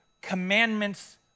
commandments